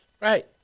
Right